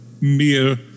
mere